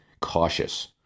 cautious